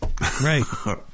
Right